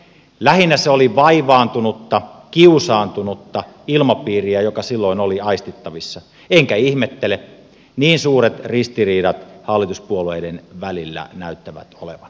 lähinnä se oli vaivaantunutta kiusaantunutta ilmapiiriä joka silloin oli aistittavissa enkä ihmettele niin suuret ristiriidat hallituspuolueiden välillä näyttävät olevan